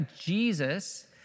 Jesus